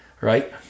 right